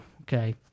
okay